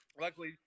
luckily